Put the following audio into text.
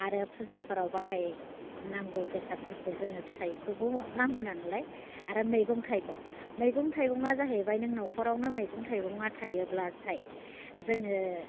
आरो फुजाफोराव बाहाय नांगौ बेसादफोरखौ जोङो फिथाइखौबो नांगौनालाय आरो मैगं थाइगं मैगं थाइगङा जाहैबाय नों न'खरावनो मैगं थाइगङा थायोब्लाथाय जोङो